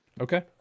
Okay